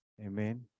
Amen